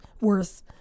worth